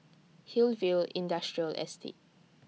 Hillview Industrial Estate